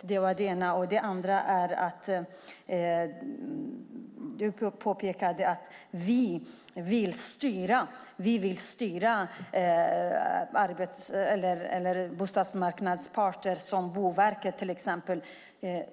Den andra saken gällde att Ola Johansson påpekade att vi vill styra bostadsmarknadens parter, till exempel Boverket.